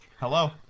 Hello